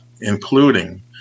including